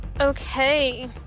Okay